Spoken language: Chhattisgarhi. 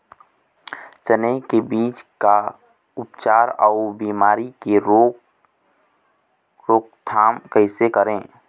चने की बीज का उपचार अउ बीमारी की रोके रोकथाम कैसे करें?